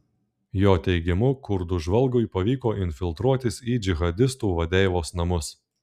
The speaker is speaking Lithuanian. jo teigimu kurdų žvalgui pavyko infiltruotis į džihadistų vadeivos namus